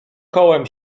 kołem